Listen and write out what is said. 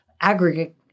aggregate